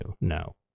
No